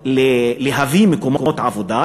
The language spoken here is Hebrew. להביא מקומות עבודה,